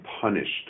punished